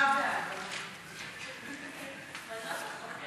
ההסתייגות של קבוצת סיעת מרצ לסעיף 9